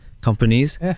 companies